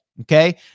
okay